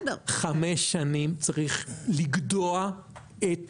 חמש שנים, צריך לגדוע את